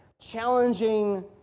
challenging